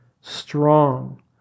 strong